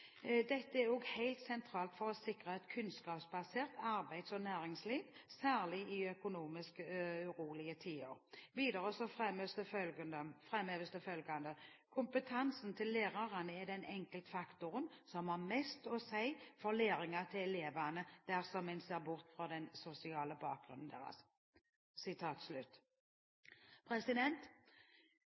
Dette er òg heilt sentralt for å sikre eit kunnskapsbasert arbeids- og næringsliv, særleg i økonomisk urolege tider.» Videre fremheves det følgende: «Kompetansen til lærarane er den enkeltfaktoren som har mest å seie for læringa til elevane dersom ein ser bort frå den sosiale bakgrunnen